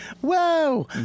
Whoa